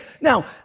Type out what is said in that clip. Now